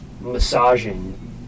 massaging